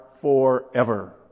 forever